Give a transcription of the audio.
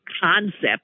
concept